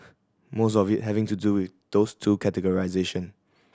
most of it having to do with those two categorisation